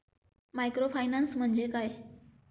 Microfinance म्हणजे काय?